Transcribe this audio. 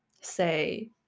say